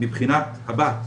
מבחינת הבת,